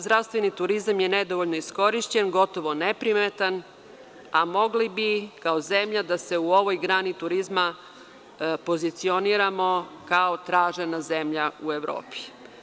Zdravstveni turizam je nedovoljno iskorišćen, gotovo neprimetan, a mogli bi kao zemlja da se u ovoj grani turizma pozicioniramo kao tražena zemlja u Evropi.